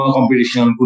Competition